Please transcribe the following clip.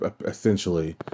essentially